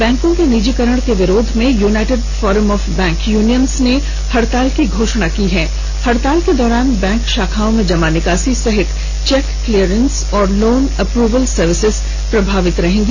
बैंकों के निजीकरण के विरोध में united forum of bank unions ने हड़ताल की घोषणा की हैं हड़ताल के दौरान बैंक शाखाओं में जमा निकासी सहित चेक क्लियरेंस और लोन अप्रवल सर्विसेज प्रभावित रहेंगी